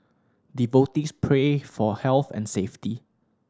devotees pray for health and safety